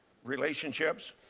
relationships?